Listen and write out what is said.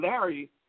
Larry